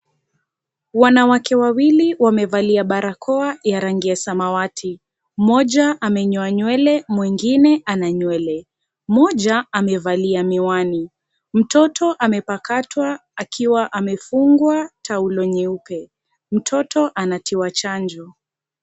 Wanawake wawili wamevalia barakoa ya rangi ya samawati. Mmoja amenyoa nywele, mwingine ana nywele. Mmoja amevalia miwani, mtoto amepakatwa akiwa amefungwa taulo nyeupe. Mtoto anatiwa chanjo.